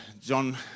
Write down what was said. John